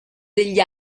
degli